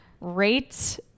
Rate